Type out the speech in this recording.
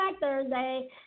Thursday